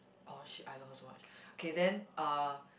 oh shit I love her so much K then uh